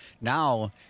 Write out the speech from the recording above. Now